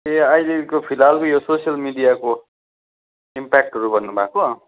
ए अहिलेको फिलहालको यो सोसियल मिडियाको इम्प्याकटहरू भन्नुभएको